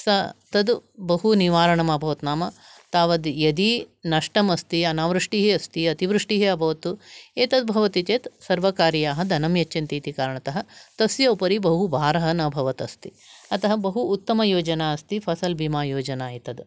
स तद् बहुनिवारणमभवत् नाम तावद् यदि नष्टम् अस्ति अनावृष्टिः अस्ति अतिवृष्टिः अभवत् एतद् भवति चेत् सर्वकारीयाः धनं यच्छन्ति इति कारणतः तस्य उपरि बहु भारः न भवत् अस्ति अतः बहु उत्तमयोजना अस्ति फसल् भीमा योजना एतद्